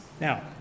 Now